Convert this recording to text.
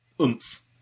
oomph